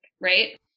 right